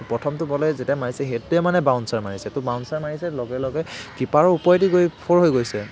প্ৰথমটো বলেই যিটো মাৰিছে সেইটোৱে মানে বাউন্সাৰ মাৰিছে সেইটো বাউন্সাৰ মাৰিছে লগে লগে কীপাৰৰ ওপৰেদি গৈ ফ'ৰ হৈ গৈছে ত'